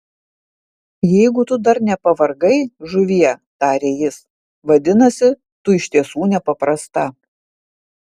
jeigu tu dar nepavargai žuvie tarė jis vadinasi tu iš tiesų nepaprasta